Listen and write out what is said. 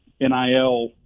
NIL